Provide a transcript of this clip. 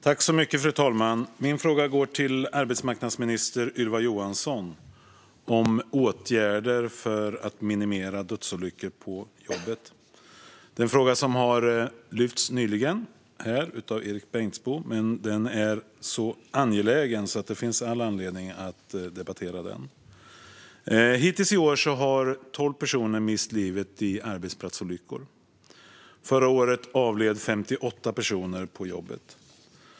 Fru talman! Min fråga om åtgärder för att minimera antalet dödsolyckor på jobbet går till arbetsmarknadsminister Ylva Johansson. Det är en fråga som nyss har lyfts upp här i kammaren, av Erik Bengtzboe. Men det är en så angelägen fråga att det finns all anledning att debattera den. Hittills i år har tolv personer mist livet i arbetsplatsolyckor. Förra året avled 58 personer på jobbet.